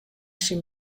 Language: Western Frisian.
syn